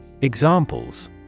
Examples